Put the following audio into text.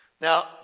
Now